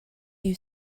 you